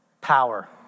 power